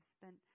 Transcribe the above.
spent